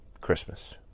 Christmas